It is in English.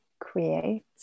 create